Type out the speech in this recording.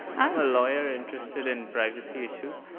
i'm a lawyer interested in privacy issues.